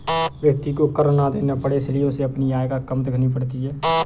व्यक्ति को कर ना देना पड़े इसलिए उसे अपनी आय कम दिखानी पड़ती है